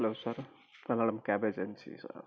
hello sir Palladam cab agencies